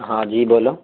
ہاں جی بولو